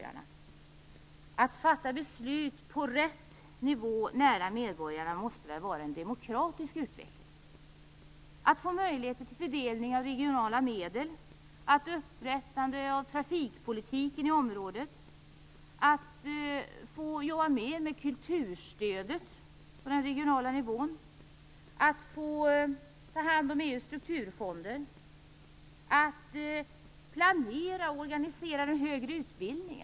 Att fatta beslut på rätt nivå nära medborgarna måste väl vara en demokratisk utveckling liksom att få möjlighet att påverka vid fördelning av regionala medel, vid upprättande av trafikpolitiken i området, vid fördelning av kulturstöd på den regionala nivån, vid fördelning av EU:s strukturfonder, vid planering och organisering av den högre utbildningen.